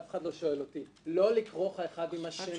אף אחד לא שואל אותי לא לכרוך האחד עם השני.